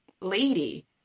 lady